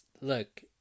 Look